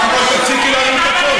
תפסיקי להרים את הקול.